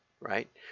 right